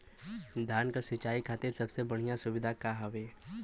धान क सिंचाई खातिर सबसे बढ़ियां सुविधा का हवे?